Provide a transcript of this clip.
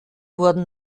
wurden